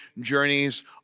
journeys